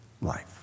life